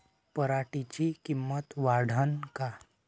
पराटीची किंमत वाढन का?